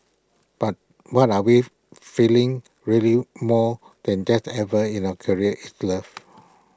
but what are we feeling really more than that ever in our career is love